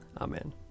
Amen